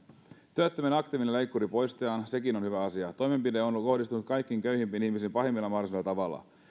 työttömien aktiivinen leikkuri poistetaan sekin on hyvä asia toimenpide on on kohdistunut kaikkein köyhimpiin ihmisiin pahimmalla mahdollisella tavalla